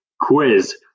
quiz